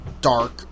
dark